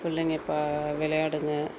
பிள்ளைங்கள் பா விளையாடுங்க